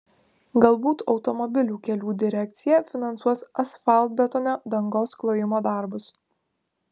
galbūt automobilių kelių direkcija finansuos asfaltbetonio dangos klojimo darbus